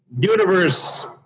universe